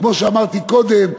כמו שאמרתי קודם,